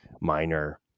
minor